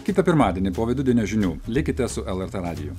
kitą pirmadienį po vidudienio žinių likite su lrt radiju